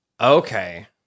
Okay